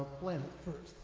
planet first.